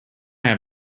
have